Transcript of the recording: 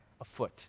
afoot